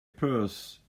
purse